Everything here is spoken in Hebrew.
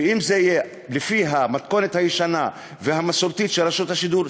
ואם זה יהיה לפי המתכונת הישנה והמסורתית של רשות השידור,